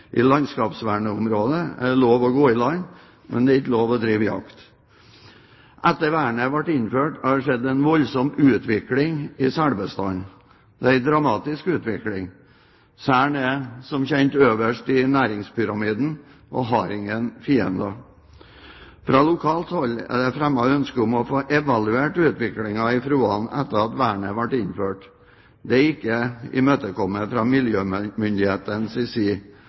I landskapsvernområdet er det lov å gå i land, men det er ikke lov å drive jakt. Etter at vernet ble innført, har det skjedd en voldsom utvikling i selbestanden. Det er en dramatisk utvikling. Selen er som kjent øverst i næringspyramiden og har ingen fiender. Fra lokalt hold er det fremmet ønske om å få evaluert utviklingen i Froan etter at vernet ble innført. Det er ikke imøtekommet fra miljømyndighetens side.